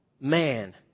man